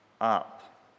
up